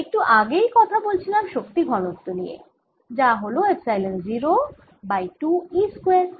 আমরা একটু আগেই কথা বলছিলাম শক্তি ঘনত্ব নিয়ে যা হল এপসাইলন 0 বাই 2 E স্কয়ার